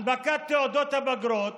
הנפקת תעודות הבגרות